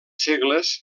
segles